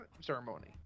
ceremony